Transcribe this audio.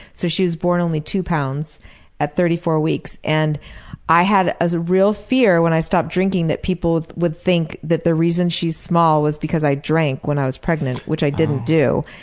so she was born only two pounds at thirty four weeks. so and i had a real fear, when i stopped drinking, that people would think that the reason she's small was because i drank when i was pregnant, which i didn't do.